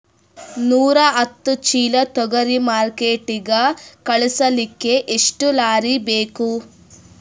ನೂರಾಹತ್ತ ಚೀಲಾ ತೊಗರಿ ಮಾರ್ಕಿಟಿಗ ಕಳಸಲಿಕ್ಕಿ ಎಷ್ಟ ಲಾರಿ ಬೇಕು?